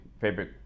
favorite